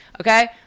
okay